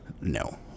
No